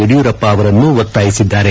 ಯಡಿಯೂರಪ್ಪ ಅವರನ್ನು ಒತ್ತಾಯಿಸಿದ್ದಾರೆ